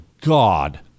God